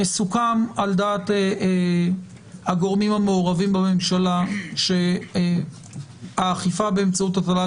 סוכם על דעת הגורמים המעורבים בממשלה שהאכיפה באמצעות הטלת